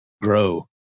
grow